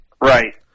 Right